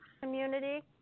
community